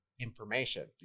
information